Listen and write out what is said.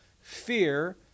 Fear